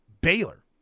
Baylor